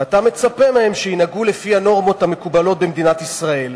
ואתה מצפה מהם שינהגו לפי הנורמות המקובלות במדינת ישראל.